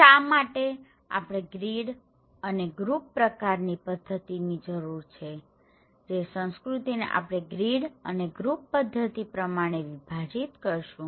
શા માટે આપણે ગ્રીડ અને ગ્રુપ પ્રકારની પધ્ધતિની જરૂર છે જે સંસ્કૃતિને આપણે ગ્રીડ અને ગ્રુપ પધ્ધતિ પ્રમાણે વિભાજીત કરીશું